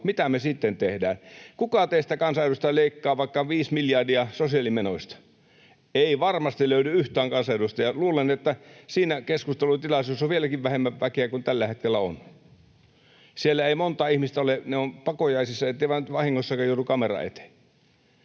Mitä me sitten teemme? Kuka teistä kansanedustajista leikkaa vaikka viisi miljardia sosiaalimenoista? Ei varmasti löydy yhtään kansanedustajaa. Luulen, että siinä keskustelutilaisuudessa on vieläkin vähemmän väkeä kuin tällä hetkellä on. Siellä ei monta ihmistä ole, ne ovat pakojaisissa, etteivät vahingossakaan joudu kameran eteen.